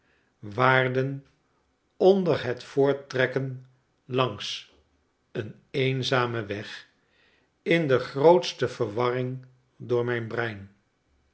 waarden onder het voorttrekken langs een eenzamen weg in de grootste verwarring door mijn brein